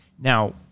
Now